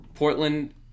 Portland